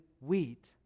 wheat